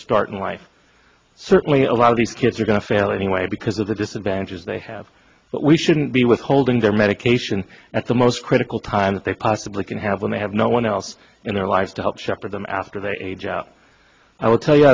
start in life certainly a lot of these kids are going to fail anyway because of the disadvantage they have but we shouldn't be withholding their medication at the most critical time that they possibly can have when they have no one else in their lives to help shepherd them after they age out i will tell you